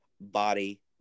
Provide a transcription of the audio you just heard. body